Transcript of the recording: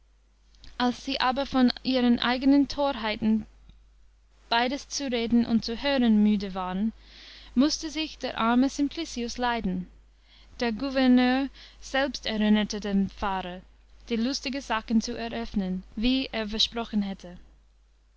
als sie aber von ihren eigenen torheiten beides zu reden und zu hören müde waren mußte sich der arme simplicius leiden der gouverneur selbst erinnerte den pfarrer die lustige sachen zu eröffnen wie er versprochen hätte